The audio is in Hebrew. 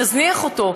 נזניח אותו,